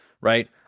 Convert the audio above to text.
right